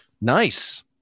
Nice